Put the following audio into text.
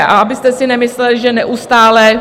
Abyste si nemysleli, že neustále...